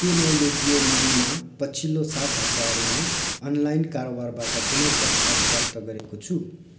के मैले जियो मनीमा पछिल्लो सात हप्ताहरूमा अनलाइन कारोबारबाट कुनै क्यासब्याक प्राप्त गरेको छु